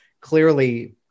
clearly